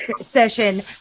session